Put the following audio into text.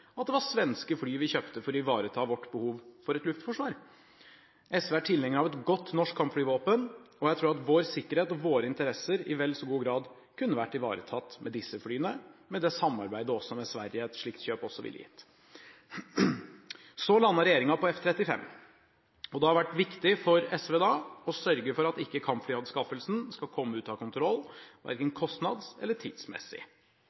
at det var svenske fly vi kjøpte for å ivareta vårt behov for et luftforsvar. SV er tilhengere av et godt norsk kampflyvåpen, og jeg tror at vår sikkerhet og våre interesser i vel så stor grad kunne vært ivaretatt av svenske fly, med det samarbeid med Sverige et slikt kjøp også ville gitt. Så lander Regjeringen på F-35. Og da har det vært viktig for SV å sørge for at ikke kampflyanskaffelsen skal komme ut av kontroll,